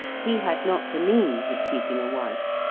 he had not the means of keeping a wife,